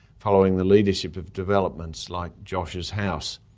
following the leadership of developments like josh's house